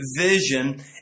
vision